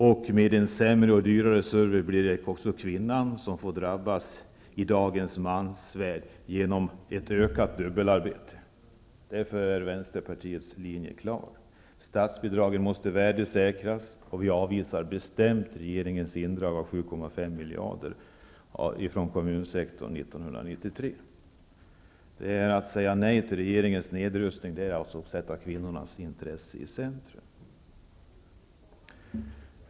För det tredje drabbas också kvinnan i dagens mansvärld av en sämre och dyrare service genom ett ökat dubbelarbete. Därför är Vänsterpartiets linje klar. Statsbidragen måste värdesäkras, och vi avvisar bestämt regeringens förslag till indragning av 7,5 miljarder från kommunsektorn från 1993. Att säga nej till regeringens nedrustning är att sätta kvinnornas intressen i centrum.